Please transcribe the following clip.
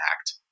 act